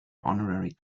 honorary